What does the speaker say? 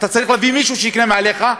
אתה צריך להביא מישהו שיקנה מעליך,